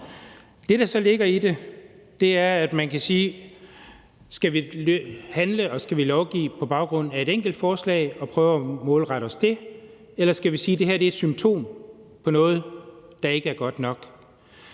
Det, der så ligger i det, er, om vi skal handle og lovgive på baggrund af et enkelt forslag og prøve at målrette os det, eller om vi skal sige, at det her er et symptom på noget, der ikke er godt nok.